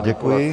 Děkuji.